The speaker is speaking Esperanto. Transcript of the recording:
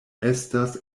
estas